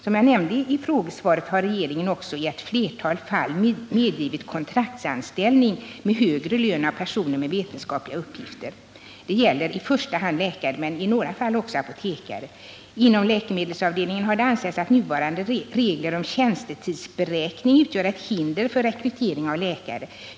Som jag nämnde i mitt frågesvar har regeringen också i ett flertal fall medgivit kontraktsanställning med högre lön när det gäller personer med vetenskapliga uppgifter. Det gäller i första hand läkare, men i några fall också apotekare. Inom läkemedelsavdelningen har det ansetts att nuvarande regler om tjänsteårsberäkning utgör ett hinder för rekrytering av läkare.